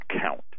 count